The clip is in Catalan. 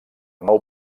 nou